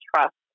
trust